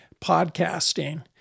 podcasting